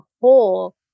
whole